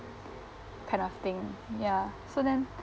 kind of thing ya so then